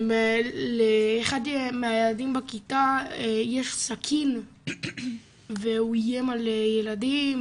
לאחד מהילדים בכיתה יש סכין והוא איים על ילדים